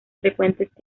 frecuentes